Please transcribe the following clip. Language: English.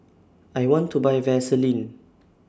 I want to Buy Vaselin